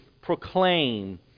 proclaim